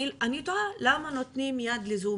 אני תוהה למה נותנים יד לזה,